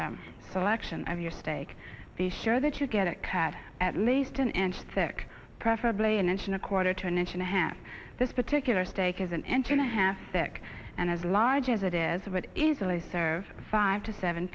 selection of your steak be sure that you get it cut at least an inch thick preferably an inch and a quarter to an inch and a half this particular steak is an intern a half thick and as large as it is about easily serve five to seven